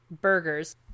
burgers